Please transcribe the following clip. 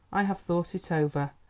i have thought it over,